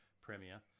premiere